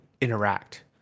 interact